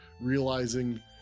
realizing